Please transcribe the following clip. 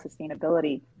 sustainability